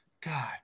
God